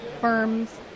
firms